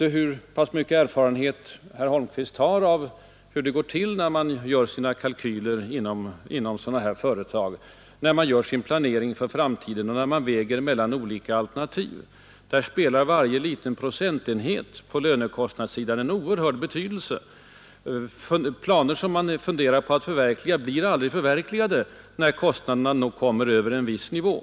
Jag vet inte hur stor erfarenhet herr Holmqvist har av hur det går till att göra upp kalkyler inom företagen, när de planerar för framtiden och väger olika alternativ. Där har varje procentenhet på lönekostnadssidan oerhörd betydelse. Planer som man funderar på att förverkliga blir aldrig genomförda om kostnaderna stiger över en viss nivå.